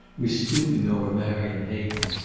was stooping over marion hayden.